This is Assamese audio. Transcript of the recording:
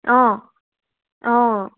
অঁ অঁ